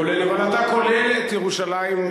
אבל כולל ירושלים,